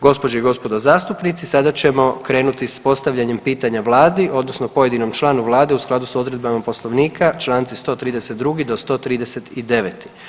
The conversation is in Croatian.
Gospođe i gospodo zastupnici, sada ćemo krenuti s postavljenjem pitanja Vladi, odnosno pojedinom članu vlade, u skladu s odredbama Poslovnika, članci 132.-139.